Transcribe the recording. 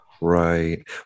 Right